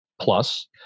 plus